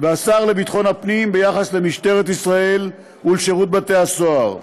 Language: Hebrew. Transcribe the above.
והשר לביטחון הפנים ביחס למשטרת ישראל ולשירות בתי-הסוהר.